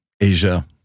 Asia